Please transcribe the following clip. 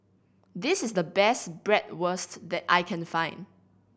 this is the best Bratwurst that I can find